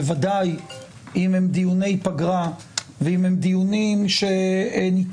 בוודאי אם הם דיוני פגרה ואם הם דיונים שהיה